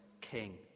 king